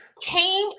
came